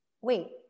wait